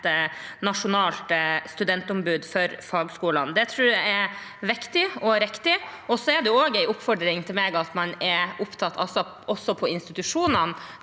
nasjonalt studentombud for fagskolene. Det tror jeg er viktig og riktig. Så er det også en oppfordring til meg at man, også på institusjonene,